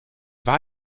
war